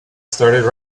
started